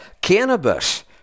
cannabis